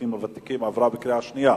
האזרחים הוותיקים עברה בקריאה שנייה,